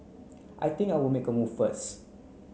I think I'll make a move first